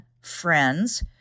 friends